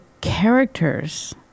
characters